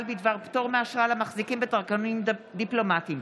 בדבר פטור מאשרה למחזיקים בדרכונים דיפלומטיים,